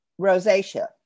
rosacea